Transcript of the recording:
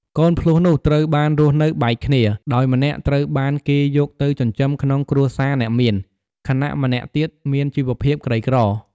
កូនភ្លោះនោះត្រូវបានរស់នៅបែកគ្នា ដោយម្នាក់ត្រូវបានគេយកទៅចិញ្ចឹមក្នុងគ្រួសារអ្នកមាន ខណៈម្នាក់ទៀតមានជីវភាពក្រីក្រ។